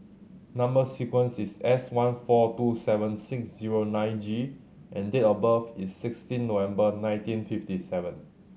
number sequence is S one four two seven six zero nine G and date of birth is sixteen November nineteen fifty seven